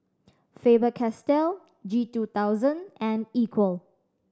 Faber Castell G two thousand and Equal